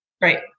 Right